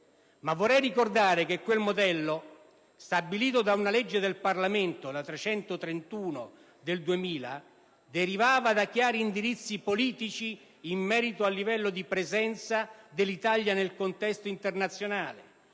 Vorrei ricordare che il suddetto modello, stabilito da una legge del Parlamento (la legge n. 331 del 2000), derivava da chiari indirizzi politici in merito al livello di presenza dell'Italia nel contesto internazionale